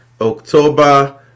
October